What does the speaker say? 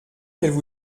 qu’elle